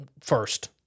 first